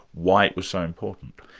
why it was so important.